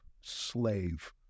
slave